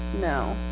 no